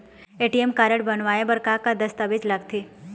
ATM card बनवाए बर का का दस्तावेज लगथे?